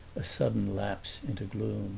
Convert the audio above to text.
a sudden lapse into gloom.